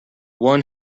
one